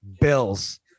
bills